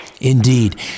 Indeed